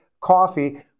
coffee